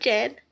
Jen